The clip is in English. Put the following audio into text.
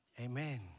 Amen